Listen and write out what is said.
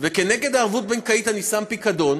וכנגד הערבות הבנקאית אני שם פיקדון,